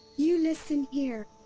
you listen here,